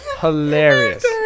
hilarious